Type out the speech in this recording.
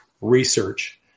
research